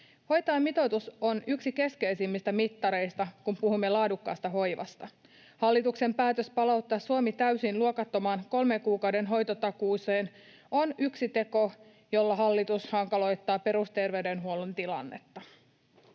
Hoitajamitoitus on yksi keskeisimmistä mittareista, kun puhumme laadukkaasta hoivasta. Hallituksen päätös palauttaa Suomi täysin luokattomaan kolmen kuukauden hoitotakuuseen on yksi teko, jolla hallitus hankaloittaa perusterveydenhuollon tilannetta.